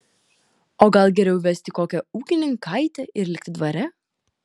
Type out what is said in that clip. o gal geriau vesti kokią ūkininkaitę ir likti dvare